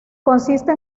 consiste